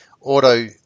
auto